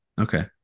Okay